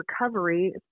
recovery